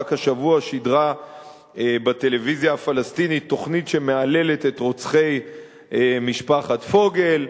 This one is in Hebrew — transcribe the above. רק השבוע שידרה הטלוויזיה הפלסטינית תוכנית שמהללת את רוצחי משפחת פוגל.